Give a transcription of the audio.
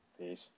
Peace